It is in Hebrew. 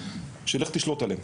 שלך תשלוט עליהן.